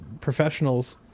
professionals